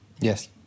Yes